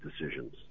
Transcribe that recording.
decisions